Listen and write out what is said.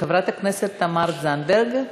חברת הכנסת תמר זנדברג,